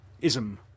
ism